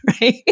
right